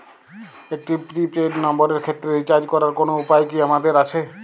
একটি prepaid নম্বরের ক্ষেত্রে রিচার্জ করার কোনো উপায় কি আমাদের আছে?